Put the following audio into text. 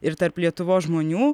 ir tarp lietuvos žmonių